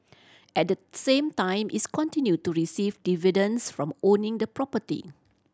at the same time its continue to receive dividends from owning the property